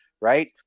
right